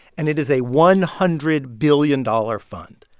and it is a one hundred billion dollars fund.